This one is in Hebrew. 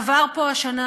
עברה פה השנה,